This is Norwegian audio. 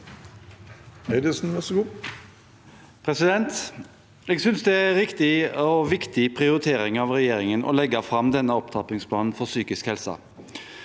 synes det er en riktig og viktig prioritering av regjeringen å legge fram denne opptrappingsplanen for psykisk helse.